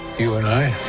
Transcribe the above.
you and i.